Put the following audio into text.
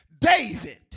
David